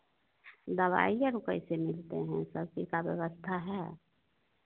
दवाई या वह कैसे मिलते हैं सब के का व्यवस्था है